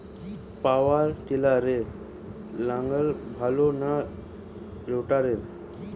পাওয়ার টিলারে লাঙ্গল ভালো না রোটারের?